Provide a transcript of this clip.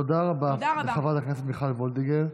תודה רבה לחברת הכנסת מיכל וולדיגר.